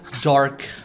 dark